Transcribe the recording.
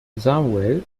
samuel